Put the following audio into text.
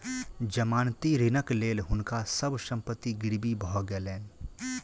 जमानती ऋणक लेल हुनका सभ संपत्ति गिरवी भ गेलैन